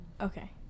Okay